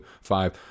five